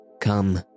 Come